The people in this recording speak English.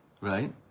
right